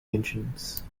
engines